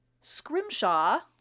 Scrimshaw